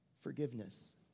Forgiveness